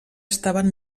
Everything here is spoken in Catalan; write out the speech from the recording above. estaven